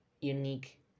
unique